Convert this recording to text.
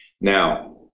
Now